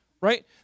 right